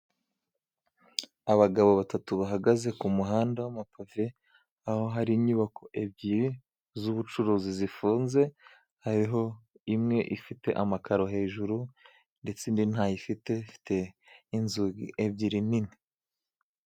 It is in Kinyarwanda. Abagabo batatu bahagaze kumuhanda wamapave, aho hari inyubako ebyiri z'ubucuruzi zifunze, hariho imwe ifite amakaro hejuru ndetse indi nta yo ifite, ifite inzugi ebyiri nini.